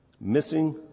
Missing